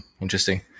Interesting